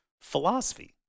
philosophy